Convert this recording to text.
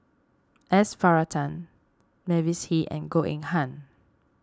S Varathan Mavis Hee and Goh Eng Han